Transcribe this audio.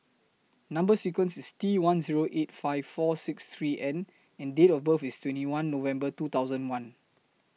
Number sequence IS T one Zero eight five four six three N and Date of birth IS twenty one November two thousand one